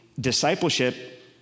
discipleship